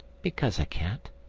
because i can't.